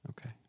Okay